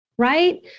right